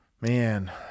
Man